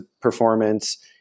performance